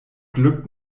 glück